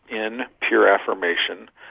in pure affirmation.